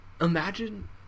imagine